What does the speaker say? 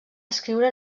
escriure